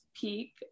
peak